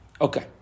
Okay